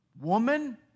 Woman